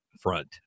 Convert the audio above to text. front